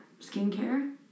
skincare